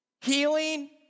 Healing